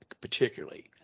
particularly